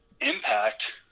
impact